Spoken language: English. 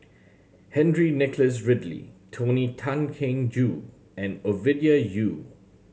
Henry Nicholas Ridley Tony Tan Keng Joo and Ovidia Yu